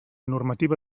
normativa